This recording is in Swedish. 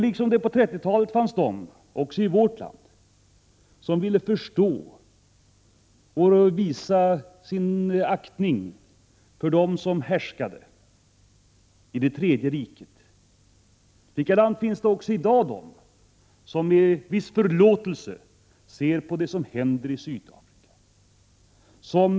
Liksom det på 30-talet också i vårt land fanns de som ville förstå och visa sin aktning för de härskande i Tredje riket finns det i dag de som med viss förlåtelse ser på det som händer i Sydafrika.